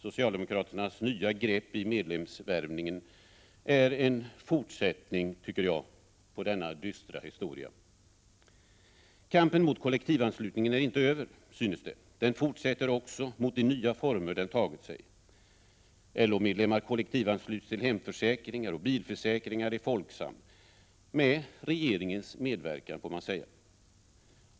Socialdemokraternas nya grepp i medlemsvärvningen är en fortsättning på denna dystra historia. Kampen mot kollektivanslutningen är inte över. Den fortsätter också mot de nya former den tagit sig. LO-medlemmar kollektivansluts till hemförsäkringar och bilförsäkringar i Folksam — med regeringens medverkan.